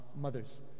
mothers